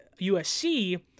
USC